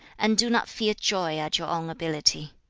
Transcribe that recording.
and do not feel joy at your own ability